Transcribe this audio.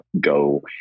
go